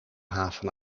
haven